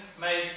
made